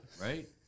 Right